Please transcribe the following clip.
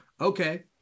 Okay